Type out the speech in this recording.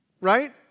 Right